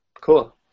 Cool